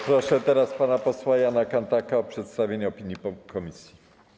Proszę teraz pana posła Jana Kanthaka o przedstawienie opinii komisji.